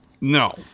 No